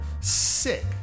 sick